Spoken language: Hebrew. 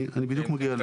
אני בדיוק מגיע לזה.